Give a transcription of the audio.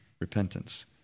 Repentance